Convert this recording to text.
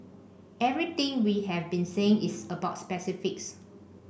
everything we have been saying is about specifics